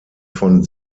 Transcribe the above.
von